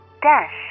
dash